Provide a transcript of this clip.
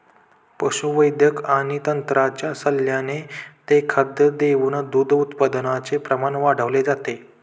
पशुवैद्यक आणि तज्ञांच्या सल्ल्याने ते खाद्य देऊन दूध उत्पादनाचे प्रमाण वाढवले जाते